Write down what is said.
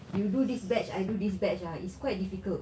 you do this batch I do this batch ah it's quite difficult